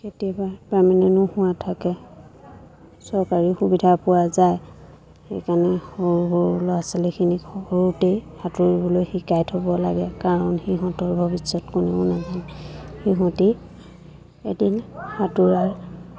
কেতিয়াবা পাৰ্মেনেণ্টো হোৱা থাকে চৰকাৰী সুবিধা পোৱা যায় সেইকাৰণে সৰু সৰু ল'ৰা ছোৱালীখিনিক সৰুতেই সাঁতুৰিবলৈ শিকাই থ'ব লাগে কাৰণ সিহঁতৰ ভৱিষ্যত কোনেও নাজানে সিহঁতি এদিন সাঁতোৰাৰ